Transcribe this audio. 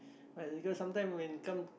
but because sometime when come